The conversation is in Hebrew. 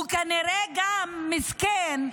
הוא כנראה גם, מסכן,